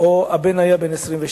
או בן 22,